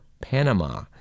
Panama